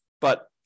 But-